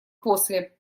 после